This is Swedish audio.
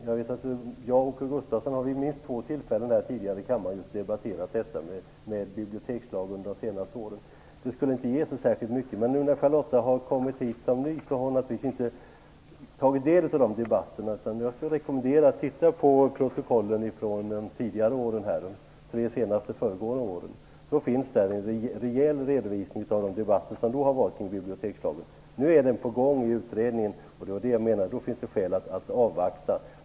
Jag och Åke Gustavsson har vid minst två tillfällen under de senaste åren debatterat bibliotekslagen i kammaren. Det skulle inte ge särskilt mycket. När Charlotta Bjälkebring nu har kommit som ny ledamot har hon naturligtvis inte tagit del av de debatterna. Jag skulle rekommendera henne att titta på protokollen från de tre senast föregående åren. Där finns en rejäl redovisning av de debatter som förts om bibliotekslagen. Nu är utredningen på gång och därför menade jag att det finns skäl att avvakta.